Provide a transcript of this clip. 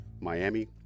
Miami